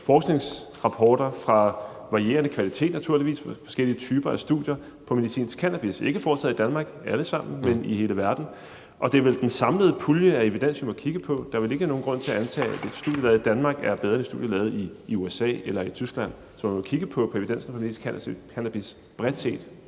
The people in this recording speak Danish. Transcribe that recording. forskningsrapporter af varierende kvalitet, naturligvis, med forskellige typer af studier af medicinsk cannabis – ikke foretaget i Danmark alle sammen, men i hele verden? Og det er vel den samlede pulje af evidens, man må kigge på? Der er vel ikke nogen grund til at antage, at et studie lavet i Danmark er bedre end et studie lavet i USA eller i Tyskland? Så man må kigge bredt på evidensen for medicinsk cannabis. Kl.